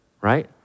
right